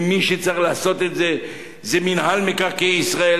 מי שצריך לעשות את זה הוא מינהל מקרקעי ישראל,